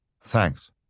Thanks